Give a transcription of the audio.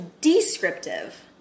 descriptive